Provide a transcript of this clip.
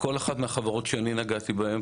וכל אחת מהחברות שאני נגעתי בהם,